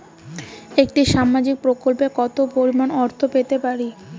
একটি সামাজিক প্রকল্পে কতো পরিমাণ অর্থ পেতে পারি?